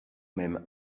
même